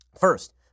First